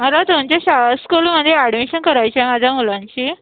मला तुमच्या शा स्कुलमध्ये ॲडमिशन करायची आहे माझ्या मुलांची